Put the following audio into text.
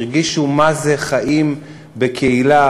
הרגישו מה זה חיים בקהילה,